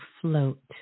float